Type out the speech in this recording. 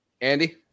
Andy